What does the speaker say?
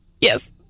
Yes